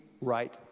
right